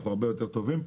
אנחנו הרבה יותר טובים,